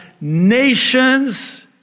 nations